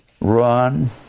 run